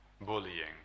bullying